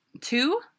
Two